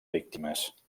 víctimes